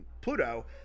Pluto